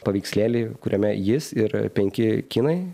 paveikslėlį kuriame jis ir penki kinai